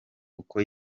kuko